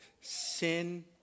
sin